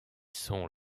sont